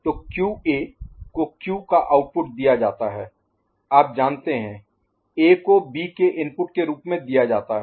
तो क्यूए को क्यू का आउटपुट दिया जाता है आप जानते हैं A को B के इनपुट के रूप में दिया जाता है